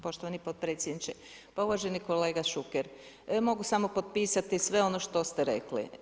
Poštovani potpredsjedniče, pa uvaženi kolega Šuker, mogu samo potpisati sve ono što ste rekli.